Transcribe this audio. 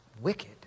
wicked